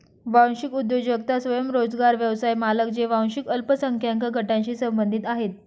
वांशिक उद्योजकता स्वयंरोजगार व्यवसाय मालक जे वांशिक अल्पसंख्याक गटांशी संबंधित आहेत